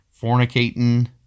fornicating